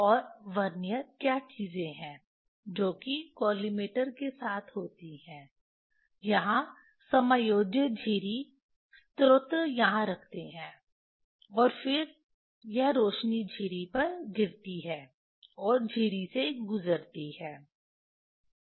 और वर्नियर क्या चीजें हैं जो कि कॉलिमेटर के साथ होती हैं यहां समायोज्य झिरी स्रोत यहां रखते हैं और फिर यह रोशनी झिरी पर गिरती है और झिरी से गुजरती है